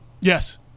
Yes